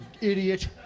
idiot